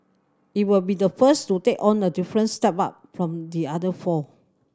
it will be the first to take on a different setup from the other four